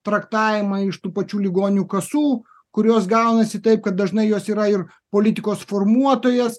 traktavimą iš tų pačių ligonių kasų kurios gaunasi taip kad dažnai jos yra ir politikos formuotojas